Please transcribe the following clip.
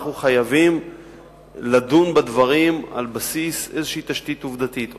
אנחנו חייבים לדון בדברים על בסיס איזו תשתית עובדתית.